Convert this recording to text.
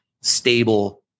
stable